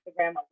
Instagram